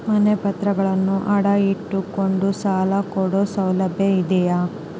ಮನೆ ಪತ್ರಗಳನ್ನು ಅಡ ಇಟ್ಟು ಕೊಂಡು ಸಾಲ ಕೊಡೋ ಸೌಲಭ್ಯ ಇದಿಯಾ?